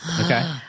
Okay